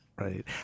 Right